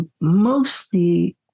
mostly